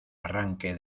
arranque